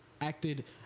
acted